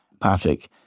Patrick